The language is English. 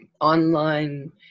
online